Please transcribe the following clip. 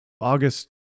August